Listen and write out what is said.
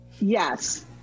yes